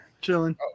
Chilling